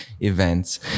events